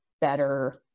better